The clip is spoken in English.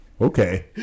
Okay